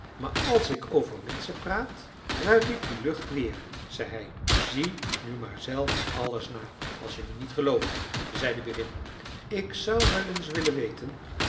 maar als ik over menschen praat ruik ik die lucht weer zei hij zie nu maar zelf alles na als je me niet gelooft zei de berin ik zou wel eens willen weten